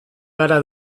gara